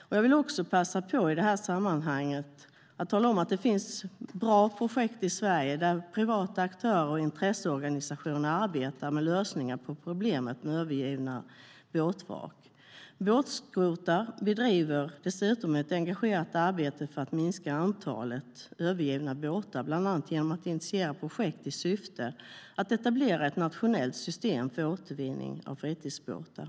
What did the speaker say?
Jag vill i detta sammanhang också passa på att tala om att det finns bra projekt i Sverige där privata aktörer och intresseorganisationer arbetar med lösningar på problemet med övergivna båtvrak. Båtskrotar bedriver dessutom ett engagerat arbete för att minska antalet övergivna båtar, bland annat genom att initiera projekt i syfte att etablera ett nationellt system för återvinning av fritidsbåtar.